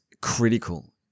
critical